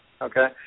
okay